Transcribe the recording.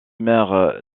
maire